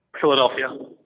philadelphia